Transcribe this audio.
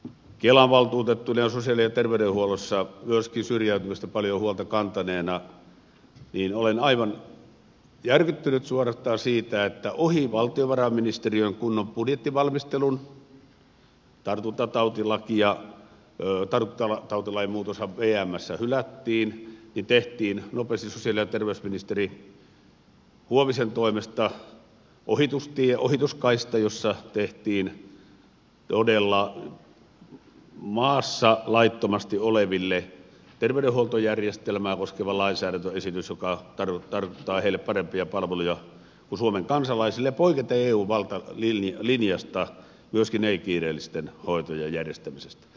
kelan valtuutettuna ja sosiaali ja terveydenhuollossa myöskin syrjäytymisestä paljon huolta kantaneena olen suorastaan aivan järkyttynyt siitä että ohi valtiovarainministeriön kunnon budjettivalmistelun tartuntatautilaista tartuntatautilain muutoshan vmssä hylättiin tehtiin nopeasti sosiaali ja terveysministeri huovisen toimesta ohitustie ohituskaista jossa tehtiin todella maassa laittomasti oleville terveydenhuoltojärjestelmää koskeva lainsäädäntöesitys joka tarkoittaa heille parempia palveluja kuin suomen kansalaisille ja poiketen eun valtalinjasta myöskin ei kiireellisten hoitojen järjestämisessä